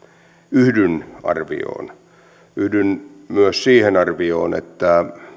yhdyn arvioon yhdyn myös siihen arvioon että